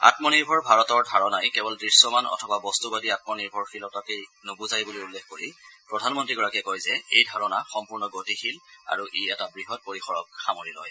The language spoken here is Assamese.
আমনিৰ্ভৰ ভাৰতৰ ধাৰণাই কেৱল দৃশ্যমান অথবা বস্তুবাদী আমনিৰ্ভৰশীলতাকেই নুবুজায় বুলি উল্লেখ কৰি প্ৰধানমন্ত্ৰীগৰাকীয়ে কয় যে এই ধাৰণা সম্পূৰ্ণ গতিশীল আৰু ই এটা বৃহৎ পৰিসৰক সামৰি লয়